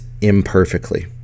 imperfectly